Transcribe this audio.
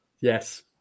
Yes